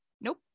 Nope